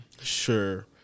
sure